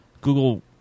Google